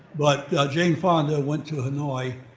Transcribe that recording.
but jane fonda went to hanoi,